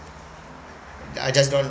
I just don't want